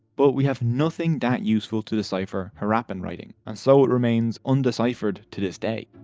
but we have nothing that useful to decipher harappan writing and so it remains undeciphered to this day.